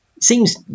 seems